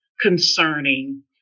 concerning